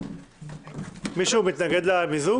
מישהו מתנגד למיזוג?